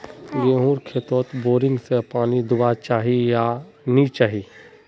गेँहूर खेतोत बोरिंग से पानी दुबा चही या नी चही?